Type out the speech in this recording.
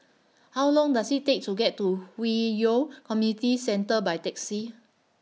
How Long Does IT Take to get to Hwi Yoh Community Centre By Taxi